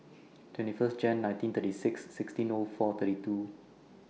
twenty First Jan nineteen thirty six sixteen O four thirty two